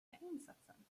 insatsen